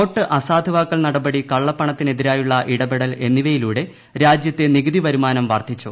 not അസാധുവാക്കൽ നടപടി കള്ളപ്പണത്തിനെതിരായുള്ള ഇടപെടൽ എന്നിവയിലൂടെ രാജൃത്തെ നികുതി വരുമാനം വർദ്ധിച്ചു